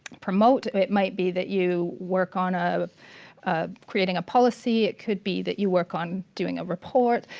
promote. it might be that you work on ah ah creating a policy. it could be that you work on doing a report.